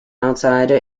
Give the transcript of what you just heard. outsider